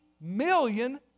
million